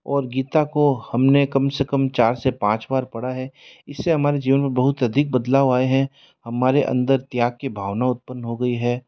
और गीता को हम ने कम से कम चार से पाँच बार पढ़ा है इस से हमारे जीवन में बहुत अधिक बदलाव आए हैं हमारे अंदर त्याग की भावना उत्पन्न हो गई है